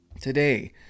today